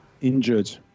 injured